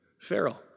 Pharaoh